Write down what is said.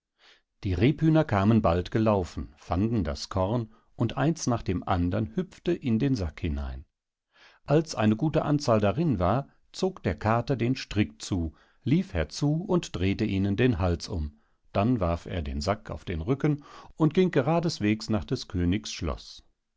die rebhühner kamen bald gelaufen fanden das korn und eins nach dem andern hüpfte in den sack hinein als eine gute anzahl darin war zog der kater den strick zu lief herzu und drehte ihnen den hals um dann warf er den sack auf den rücken und ging geradeswegs nach des königs schloß